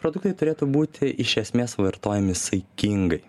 produktai turėtų būti iš esmės vartojami saikingai